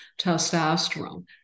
testosterone